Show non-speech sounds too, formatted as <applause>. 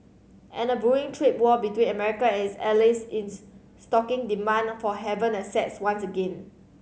and a brewing trade war between America and its allies <unintelligible> stoking demand for haven assets once again